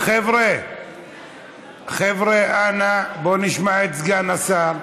חבר'ה, אנא, בואו נשמע את סגן השר.